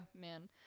man